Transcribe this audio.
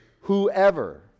whoever